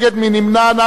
מי נמנע?